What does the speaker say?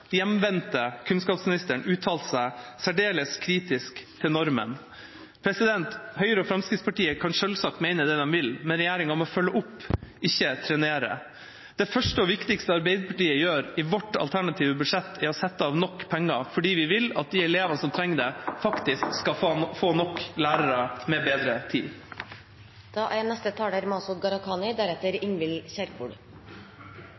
hjemvendte kunnskapsministeren uttalt seg særdeles kritisk til normen. Høyre og Fremskrittspartiet kan selvsagt mene det de vil, men regjeringa må følge opp, ikke trenere. Det første og viktigste Arbeiderpartiet gjør i vårt alternative budsjett, er å sette av nok penger, for vi vil at de elevene som trenger det, faktisk skal få nok lærere med bedre tid. Vi har en kulturminister som mener typisk norsk er